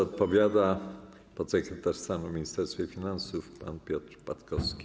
Odpowiada podsekretarz stanu w Ministerstwie Finansów pan Piotr Patkowski.